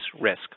risk